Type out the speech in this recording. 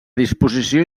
disposició